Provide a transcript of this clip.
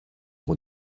con